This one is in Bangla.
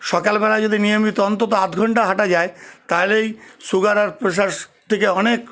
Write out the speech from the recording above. সকালবেলায় যদি নিয়মিত অন্তত আধ ঘন্টা হাঁটা যায় তাহলেই সুগার এবং প্রেসার এসব থেকে অনেক